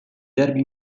derby